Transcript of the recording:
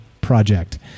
project